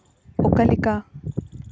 ᱚᱠᱟ ᱞᱮᱠᱟ